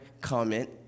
comment